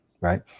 Right